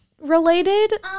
related